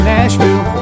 Nashville